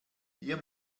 hier